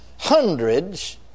Hundreds